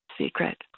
secret